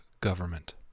government